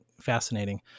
fascinating